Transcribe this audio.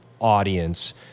audience